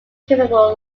capable